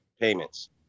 payments